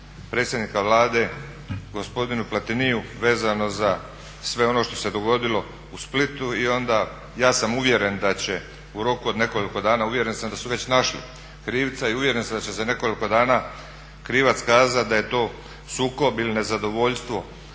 predsjednika Vlade gospodinu Platiniu vezano za sve ono što se dogodilo u Splitu i onda ja sam uvjeren da će u roku od nekoliko dana, uvjeren sam da su već našli krivca i uvjeren sam da će za nekoliko dana krivac kazat da je to sukob ili nezadovoljstvo